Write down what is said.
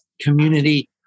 community